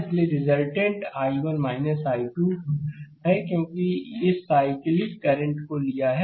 इसलिए resultant I1 I2 है क्योंकि इस साइक्लिक करंट को लिया है